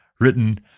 written